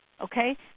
Okay